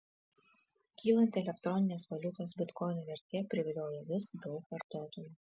kylanti elektroninės valiutos bitkoinų vertė privilioja vis daug vartotojų